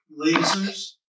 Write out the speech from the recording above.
Lasers